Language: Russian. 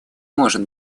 может